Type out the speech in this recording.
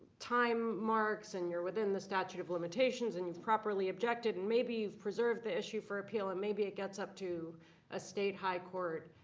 time marks, and you're within the statute of limitations, and you've properly objected. and maybe you've preserved the issue for appeal. and maybe it gets up to a state high court.